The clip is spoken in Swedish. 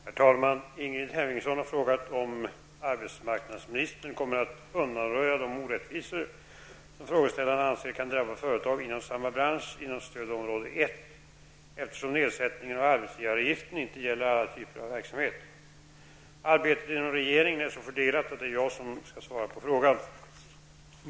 Herr talman! Ingrid Hemmingsson har frågat om arbetsmarknadsministern kommer att undanröja de orättvisor som frågeställaren anser kan drabba företag inom samma bransch inom stödområde 1, eftersom nedsättningen av arbetsgivaravgiften inte gäller alla typer av verksamhet. Arbetet inom regeringen är så fördelat att det är jag som skall svara på frågan.